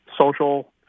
social